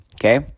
Okay